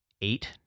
eight